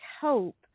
Hope